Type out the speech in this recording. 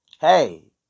hey